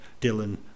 Dylan